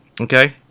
Okay